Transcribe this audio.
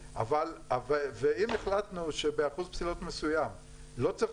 ואם החלטנו שבאחוז פסילות מסוים לא צריך